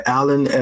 Alan